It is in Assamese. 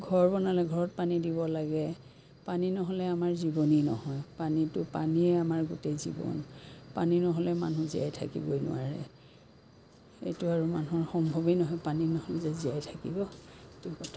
ঘৰ বনালে ঘৰত পানী দিব লাগে পানী নহ'লে আমাৰ জীৱনেই নহয় পানীটো পানীয়েই আমাৰ গোটেই জীৱন পানী নহ'লে মানুহ জীয়াই থাকিবই নোৱাৰে সেইটো আৰু মানুহৰ সম্ভৱেই নহয় পানী নহ'লে জীয়াই থাকিব সেইটো কথা